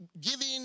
giving